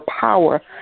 power